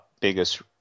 biggest